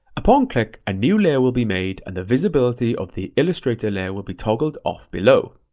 upon click, a new layer will be made and the visibility of the illustrator layer will be toggled off below.